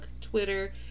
Twitter